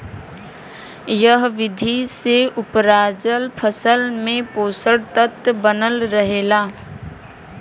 एह विधि से उपराजल फसल में पोषक तत्व बनल रहेला